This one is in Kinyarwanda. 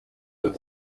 ati